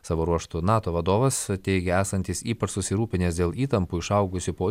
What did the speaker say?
savo ruožtu nato vadovas teigė esantis ypač susirūpinęs dėl įtampų išaugusių po